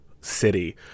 city